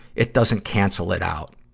it doesn't cancel it out.